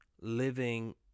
living